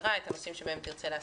המטרה ואת הנושאים שבהם תרצה לעסוק.